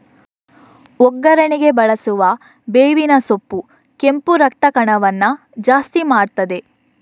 ಒಗ್ಗರಣೆಗೆ ಬಳಸುವ ಬೇವಿನ ಸೊಪ್ಪು ಕೆಂಪು ರಕ್ತ ಕಣವನ್ನ ಜಾಸ್ತಿ ಮಾಡ್ತದೆ